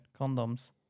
condoms